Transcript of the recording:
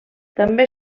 també